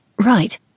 right